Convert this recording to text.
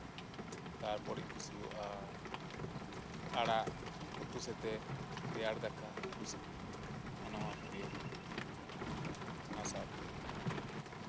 ᱛᱟᱨᱯᱚᱨᱮᱧ ᱠᱩᱥᱤᱣᱟᱜᱼᱟ ᱟᱲᱟᱜ ᱩᱛᱩ ᱥᱟᱶᱛᱮ ᱨᱮᱭᱟᱲ ᱫᱟᱠᱟ ᱟᱞᱩ ᱥᱤᱯᱤ ᱚᱱᱟ ᱢᱟ ᱯᱨᱤᱭᱚ ᱠᱟᱱ ᱛᱤᱧ ᱚᱱᱟ ᱥᱟᱶᱛᱮ